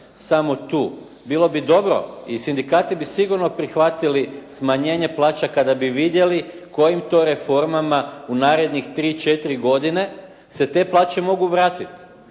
samo tu. Bilo bi dobro i sindikati bi sigurno prihvatili smanjenje plaća kada bi vidjeli kojim to reformama u narednih tri, četiri godine se te plaće mogu vratiti.